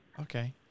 Okay